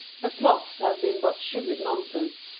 her plots have been but sugared nonsense,